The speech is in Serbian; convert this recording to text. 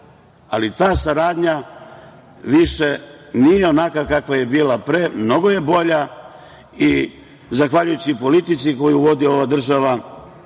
ali ta saradnja više nije onakva kakva je bila pre. Mnogo je bolja i zahvaljujući politici koju vodi ova država